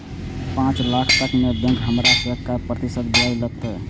पाँच लाख तक में बैंक हमरा से काय प्रतिशत ब्याज लेते?